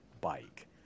bike